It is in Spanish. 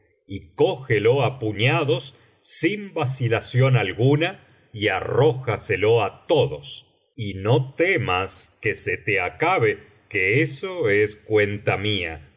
y cógelo á puñados sin vacilación alguna y arrójaselo á todos y no temas que se te acabe que eso es cuenta mía